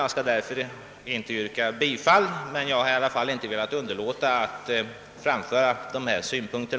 Jag skall därför inte yrka bifall till denna, men jag har ändå inte velat underlåta att framföra dessa synpunkter.